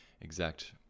exact